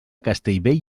castellbell